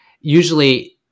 usually